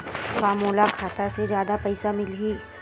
का मोला खाता से जादा पईसा मिलही?